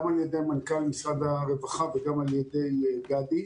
על ידי מנכ"ל משרד הרווחה וגם על ידי גדי.